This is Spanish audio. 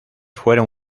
fueron